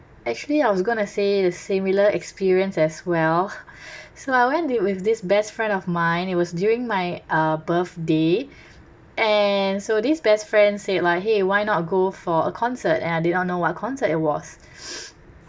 actually I was going to say the similar experience as well so I went it with this best friend of mine it was during my uh birthday and so this best friend said like !hey! why not go for a concert and I did not know what concert it was